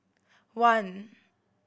one